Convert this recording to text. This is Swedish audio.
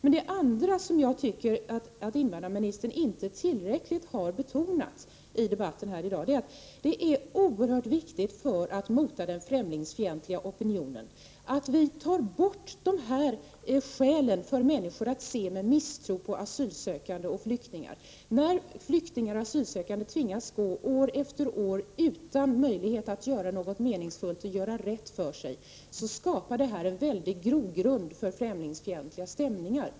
En annan sak som jag tycker att invandrarministern inte tillräckligt har betonat i debatten här i dag är att det för att mota den främlingsfientliga opinionen är oerhört viktigt att få bort de här skälen för människor att se med misstro på asylsökande och flyktingar. När flyktingar och asylsökande år efter år tvingas gå och vänta utan att ha möjlighet att göra något meningsfullt eller att göra rätt för sig, skapas en väldigt bra grogrund för främlingsfientliga stämningar.